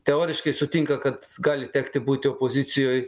teoriškai sutinka kad gali tekti būti pozicijoj